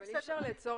אי אפשר לצורך